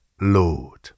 Lord